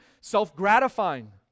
self-gratifying